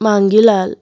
Mangelal